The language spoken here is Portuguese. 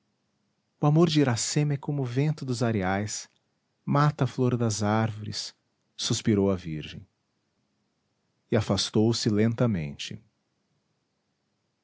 o amor de iracema é como o vento dos areais mata a flor das árvores suspirou a virgem e afastou-se lentamente